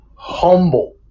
Humble